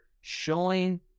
showing